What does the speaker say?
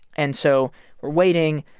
and so we're waiting,